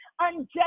unjust